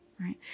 right